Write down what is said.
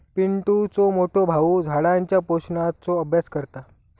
पिंटुचो मोठो भाऊ झाडांच्या पोषणाचो अभ्यास करता